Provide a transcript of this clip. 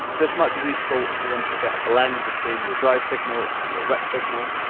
this might be useful if you want to get a blend between your dry signal and your wet signal.